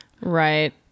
Right